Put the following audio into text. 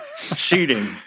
cheating